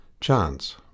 Chance